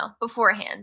beforehand